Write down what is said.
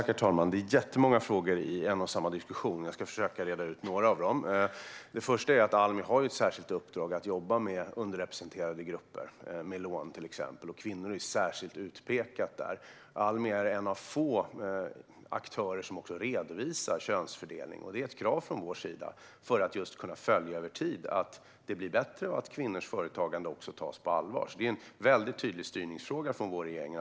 Fru talman! Det är jättemånga frågor i en och samma diskussion. Jag ska försöka att reda ut några av dem. Det första är att Almi har ett särskilt uppdrag att jobba med underrepresenterade grupper med till exempel lån, och kvinnor är särskilt utpekade där. Almi är en av få aktörer som redovisar könsfördelning. Det är ett krav från vår sida för att över tid kunna följa att det blir bättre och att kvinnors företagande tas på allvar. Det är en väldigt tydlig styrningsfråga från regeringen.